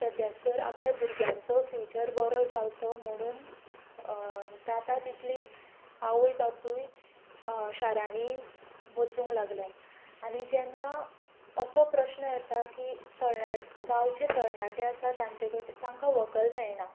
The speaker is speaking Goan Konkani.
सद्याक तर आपल्या भुरग्यांचो फ्यूचर बरो जावंचो म्हुणून जाता तितली आवय बापूय शारांनी वचूंक लागल्यांत आनी जेन्ना असो प्रस्न येता की गांवचे तरणाटे आसा तांचे कडेन तांकां व्हंकल मेळना